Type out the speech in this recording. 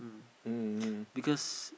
mm mm mm